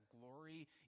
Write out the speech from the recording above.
glory